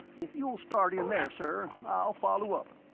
if you'll start in there, sir, i'll follow up.